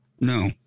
No